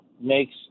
makes